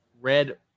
red